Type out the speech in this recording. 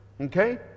Okay